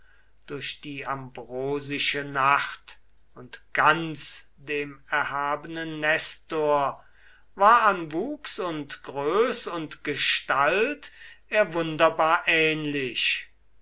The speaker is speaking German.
durch die ambrosische nacht und ganz dem erhabenen nestor war an wuchs und größ und gestalt er wunderbar ähnlich